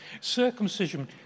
Circumcision